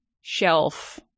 shelf